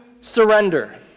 surrender